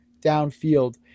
downfield